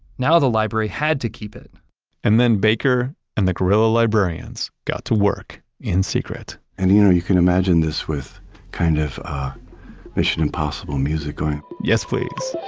now the library had to keep it and then baker and the guerrilla librarians got to work in secret and you know you can imagine this with kind of mission impossible music going yes, please